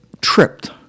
tripped